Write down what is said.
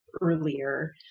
earlier